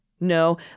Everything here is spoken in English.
No